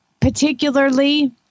Particularly